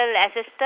assistance